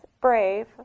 brave